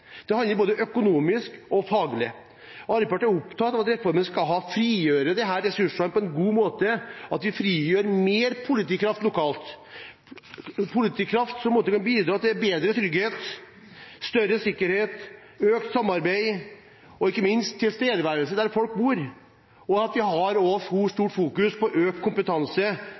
Det handler både om det økonomiske og det faglige. Arbeiderpartiet er opptatt av at reformen skal frigjøre ressurser på en god måte, at vi frigjør mer politikraft lokalt, politikraft som kan bidra til mer trygghet, større sikkerhet, økt samarbeid og ikke minst tilstedeværelse der folk bor. Vi har også stort fokus på økt kompetanse og